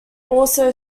also